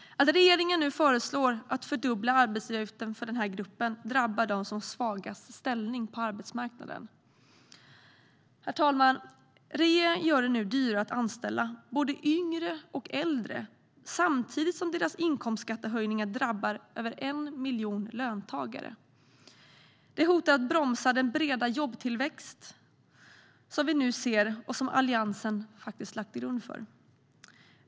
Att regeringen nu föreslår att fördubbla arbetsgivaravgiften för den här gruppen, drabbar dem som har svagast ställning på arbetsmarknaden. Herr talman! Regeringen gör det nu dyrare att anställa både yngre och äldre samtidigt som deras inkomstskattehöjningar drabbar över 1 miljon löntagare. Det hotar att bromsa den breda jobbtillväxt som vi nu ser och som Alliansen faktiskt har lagt grunden för.